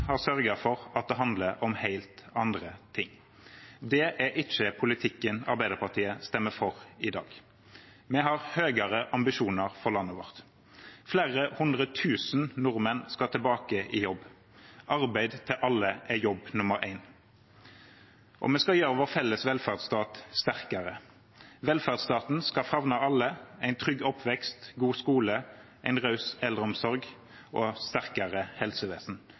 har sørget for at det handler om helt andre ting. Det er ikke politikken Arbeiderpartiet stemmer for i dag. Vi har høyere ambisjoner for landet vårt. Flere hundre tusen nordmenn skal tilbake i jobb. Arbeid til alle er jobb nummer én. Vi skal gjøre vår felles velferdsstat sterkere. Velferdsstaten skal favne alle – en trygg oppvekst, god skole, en raus eldreomsorg og sterkere helsevesen,